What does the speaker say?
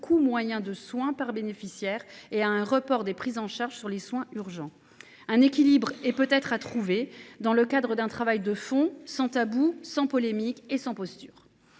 coût moyen des soins par bénéficiaire et à un report des prises en charge des soins urgents. Un équilibre est peut être à trouver dans le cadre d’un travail de fond, sans tabou, sans polémique et sans posture.